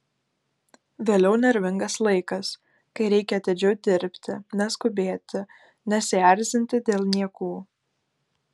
vėliau nervingas laikas kai reikia atidžiau dirbti neskubėti nesierzinti dėl niekų